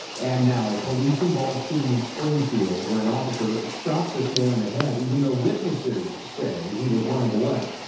and now a fleece involved shooting in springfield when an officer shot this man in the head even though witnesses say he was running away.